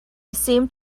seemed